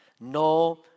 no